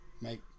make